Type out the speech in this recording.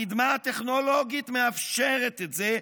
הקדמה הטכנולוגית מאפשרת את זה,